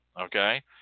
okay